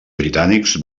britànics